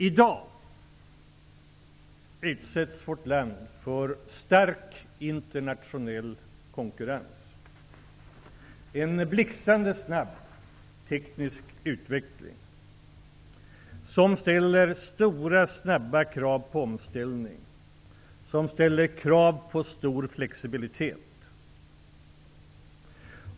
I dag utsätts vårt land för stark internationell konkurrens, en blixtrande snabb teknisk utveckling, som ställer stora krav på snabb omställning, som ställer krav på stor flexibilitet.